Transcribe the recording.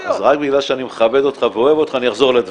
רק בגלל שאני מכבד אותך ואוהב אותך אני אחזור על הדברים.